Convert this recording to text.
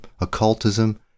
occultism